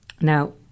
Now